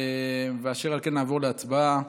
חבר הכנסת יבגני סובה,